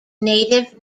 native